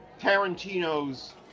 Tarantino's